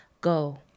go